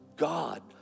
God